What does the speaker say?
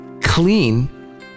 Clean